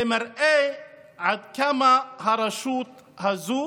זה מראה עד כמה הרשות הזו